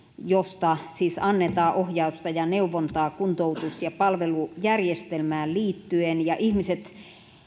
josta siis annetaan ohjausta ja neuvontaa kuntoutus ja palvelujärjestelmään liittyen ja ihmiset